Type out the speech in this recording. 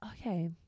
Okay